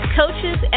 coaches